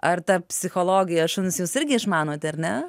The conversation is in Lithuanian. ar tą psichologiją šuns jūs irgi išmanote ar ne